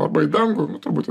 arba į dangų turbūt